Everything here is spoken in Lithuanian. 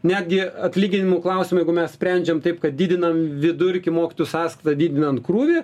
netgi atlyginimų klausimai jeigu mes sprendžiam taip kad didinam vidurkį mokytojų sąskaita didinant krūvį